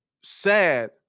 sad